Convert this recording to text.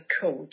coach